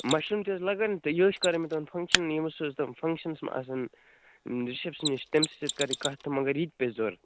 mushroom تہِ حظ لگن تہِ یہِ حظ چھِ مےٚ کرٕنۍ تِمن فنٛکشن یٔمِس تِم حظ فنٛکشن چھِنہٕ حظ آسان رِسیپشنِس تٔمِس سۭتۍ کرِ کتھ تہٕ مگر یہِ تہِ پیٚیہِ ضروٗرت